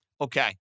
Okay